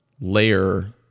layer